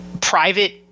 private